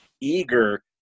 eager